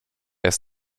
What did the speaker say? jest